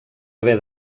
haver